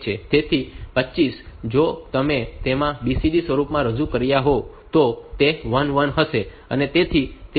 તેથી 25 જો તમે તેમાં BCD સ્વરૂપમાં રજૂઆત કરી રહ્યાં હોવ તો તે 1 1 હશે